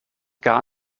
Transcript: gar